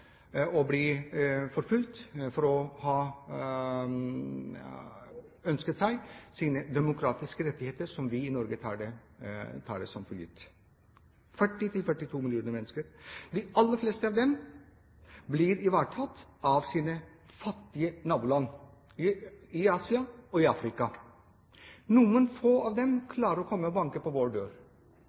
ønsket seg demokratiske rettigheter som vi i Norge tar for gitt. 40–42 millioner mennesker! De aller fleste av dem blir ivaretatt av sine fattige naboland i Asia og i Afrika. Noen meget få av dem klarer å komme og banke på vår dør,